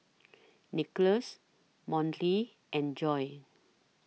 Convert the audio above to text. Nicholas Monty and Joi